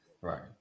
Right